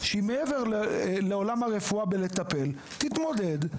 שהיא מעבר לעולם הרפואה בלטפל תתמודד,